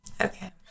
Okay